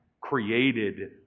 created